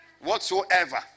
Whatsoever